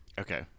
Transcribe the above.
Okay